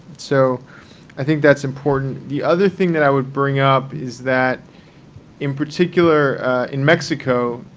so i think that's important. the other thing that i would bring up is that in particular in mexico,